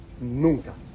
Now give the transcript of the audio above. nunca